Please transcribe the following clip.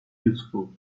useful